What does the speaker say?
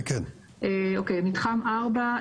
מתחם 4,